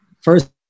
first